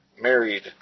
married